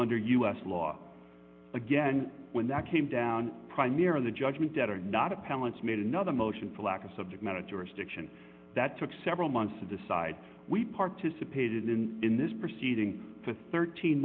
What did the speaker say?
under u s law again when that came down primarily a judgment debtor not appellants made another motion for lack of subject matter jurisdiction that took several months to decide we participated in in this proceeding for thirteen